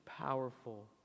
powerful